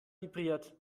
vibriert